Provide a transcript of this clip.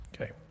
Okay